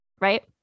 right